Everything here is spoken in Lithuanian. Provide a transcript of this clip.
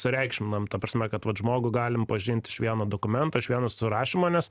sureikšminam ta prasme kad vat žmogų galim pažint iš vieno dokumento iš vieno surašymo nes